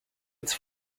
its